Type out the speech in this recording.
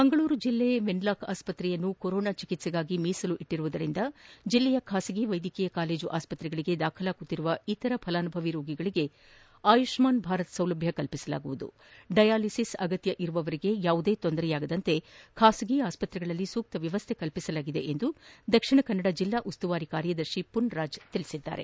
ಮಂಗಳೂರು ಜಲ್ಲಾ ವೆನ್ಲಾಕ್ ಆಸ್ತ್ರೆಯನ್ನು ಕೊರೋನಾ ಚಿಕಿತ್ಸೆಗಾಗಿ ಮೀಸಲಿಟ್ಟರುವುದರಿಂದ ಜಿಲ್ಲೆಯ ಖಾಸಗಿ ವೈದ್ಯಕೀಯ ಕಾಲೇಜು ಆಸ್ಪತ್ರೆಗಳಿಗೆ ದಾಖಲಾಗುತ್ತಿರುವ ಇತರ ಫಲಾನುಭವಿ ರೋಗಿಗಳಿಗೆ ಆಯುಷ್ಮಾನ್ ಭಾರತ್ ಸೌಲಭ್ಯ ಕಲ್ಪಿಸಲಾಗುವುದು ಡಯಾಲಿಸಿಸ್ ಅಗತ್ತ ಇರುವವರಿಗೆ ಯಾವುದೇ ತೊಂದರೆ ಆಗದಂತೆ ಖಾಸಗಿ ಆಸ್ತ್ರೆಗಳಲ್ಲಿ ಸೂಕ್ತ ವ್ಯವಸ್ಥೆ ಕಲ್ಲಿಸಲಾಗಿದೆ ಎಂದು ದಕ್ಷಿಣ ಕನ್ನಡ ಜಿಲ್ಲಾ ಉಸ್ತುವಾರಿ ಕಾರ್ಯದರ್ಶಿ ಮನ್ರಾಜ್ ತೀಸಿದ್ದಾರೆ